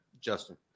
Justin